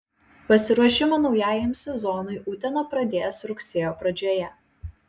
pasiruošimą naujajam sezonui utena pradės rugsėjo pradžioje